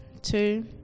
two